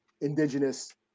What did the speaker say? indigenous